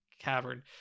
cavern